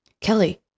Kelly